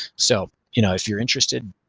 so you know, if you're interested,